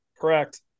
Correct